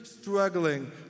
struggling